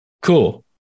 cool